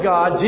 God